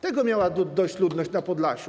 Tego miała dość ludność na Podlasiu.